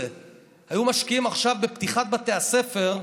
היו משקיעים עכשיו בפתיחת בתי הספר,